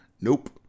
Nope